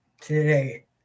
today